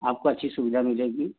आपको अच्छी सुविधा मिलेगी